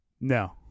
No